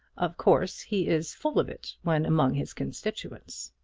of course he is full of it when among his constituents.